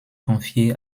confiée